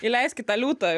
įleik kitą liūtą